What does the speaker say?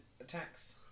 attacks